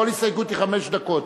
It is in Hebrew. כל הסתייגות היא חמש דקות,